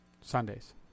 Sundays